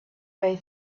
way